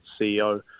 CEO